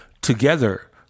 together